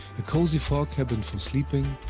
a cozy fore cabin for sleeping,